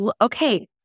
okay